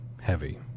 heavy